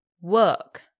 work